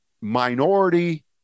minority